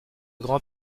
grand